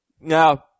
No